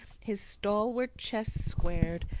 his stalwart chest squared,